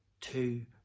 two